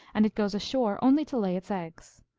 and it goes ashore only to lay its eggs.